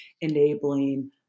enabling